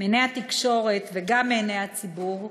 מעיני התקשורת וגם מעיני הציבור,